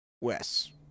wes